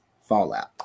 Fallout